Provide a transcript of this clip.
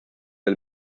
del